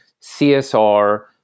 CSR